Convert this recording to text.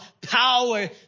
Power